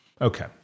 Okay